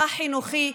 החינוכי,